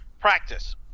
practice